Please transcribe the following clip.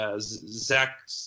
Zach